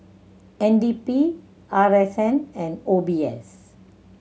N D P R S N and O B S